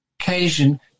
occasion